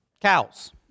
Cows